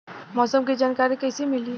मौसम के जानकारी कैसे मिली?